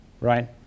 right